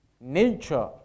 nature